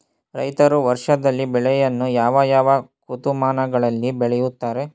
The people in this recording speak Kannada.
ರೈತರು ವರ್ಷದಲ್ಲಿ ಬೆಳೆಯನ್ನು ಯಾವ ಯಾವ ಋತುಮಾನಗಳಲ್ಲಿ ಬೆಳೆಯುತ್ತಾರೆ?